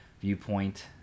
viewpoint